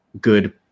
good